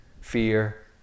fear